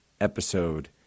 episode